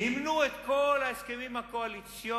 מימנו את כל ההסכמים הקואליציוניים.